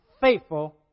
faithful